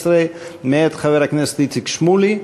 15, מאת חבר הכנסת איציק שמולי,